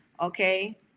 okay